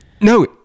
No